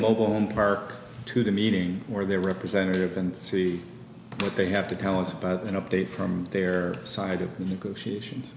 mobile home park to the meeting or their representative and see what they have to tell us about an update from their side